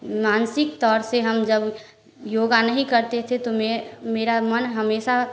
मानसिक तौर से जब हम योगा नहीं करते थे तो में मेरा मन हमेशा